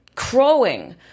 crowing